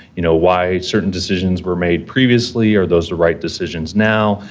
you know, why certain decisions were made previously. are those the right decisions now?